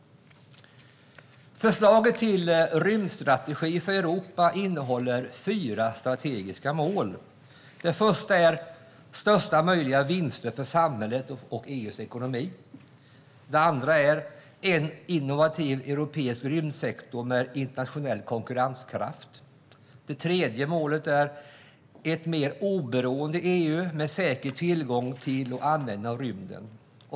Förslaget till rymdstrategi för Europa innehåller fyra strategiska mål. Det första är största möjliga vinster för samhället och EU:s ekonomi. Det andra är en innovativ europeisk rymdsektor med internationell konkurrenskraft. Det tredje målet är ett mer oberoende EU med säker tillgång till och användning av rymden.